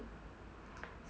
四百多千